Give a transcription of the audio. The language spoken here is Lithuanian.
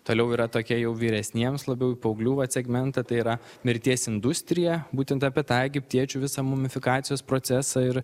toliau yra tokia jau vyresniems labiau į paauglių vat segmentą tai yra mirties industrija būtent apie tai egiptiečių visą mumifikacijos procesą ir